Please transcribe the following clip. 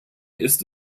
ist